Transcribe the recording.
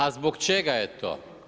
A zbog čega je to?